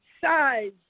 size